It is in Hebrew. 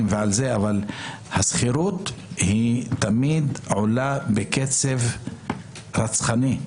אבל השכירות עולה תמיד בקצב רצחני.